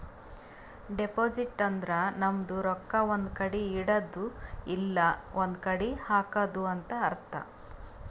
deposit ಅಂದುರ್ ನಮ್ದು ರೊಕ್ಕಾ ಒಂದ್ ಕಡಿ ಇಡದ್ದು ಇಲ್ಲಾ ಒಂದ್ ಕಡಿ ಹಾಕದು ಅಂತ್ ಅರ್ಥ